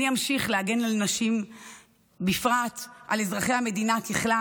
אני אמשיך להגן על נשים בפרט ועל אזרחי המדינה בכלל.